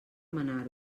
manar